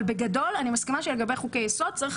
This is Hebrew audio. אבל בגדול אני מסכימה שלגבי חוקי-יסוד צריך